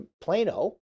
Plano